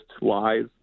lies